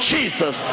Jesus